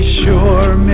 sure